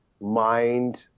mind